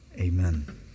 Amen